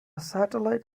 satellite